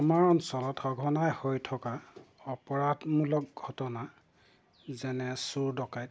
আমাৰ অঞ্চলত সঘনাই হৈ থকা অপৰাধমূলক ঘটনা যেনে চুৰ ডকাইত